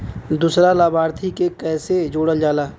दूसरा लाभार्थी के कैसे जोड़ल जाला?